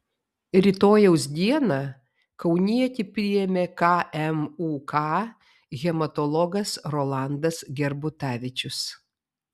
rytojaus dieną kaunietį priėmė kmuk hematologas rolandas gerbutavičius